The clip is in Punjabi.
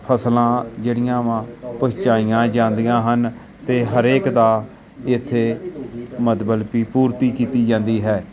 ਫਸਲਾਂ ਜਿਹੜੀਆਂ ਵਾ ਪਹੁੰਚਾਈਆਂ ਜਾਂਦੀਆਂ ਹਨ ਅਤੇ ਹਰੇਕ ਦਾ ਇੱਥੇ ਮਤਲਬ ਕਿ ਪੂਰਤੀ ਕੀਤੀ ਜਾਂਦੀ ਹੈ